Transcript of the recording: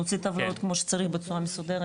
אנחנו נוציא טבלאות כמו שצריך בצורה מסודרת